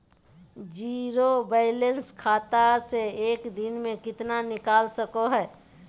Zero balance खाता से एक दिन में कितना निकाल सको है?